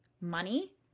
money